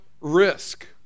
risk